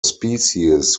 species